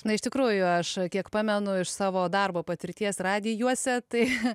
na iš tikrųjų aš kiek pamenu iš savo darbo patirties radijuose tai